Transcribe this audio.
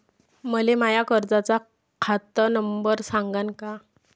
मले माया कर्जाचा खात नंबर सांगान का?